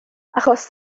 achos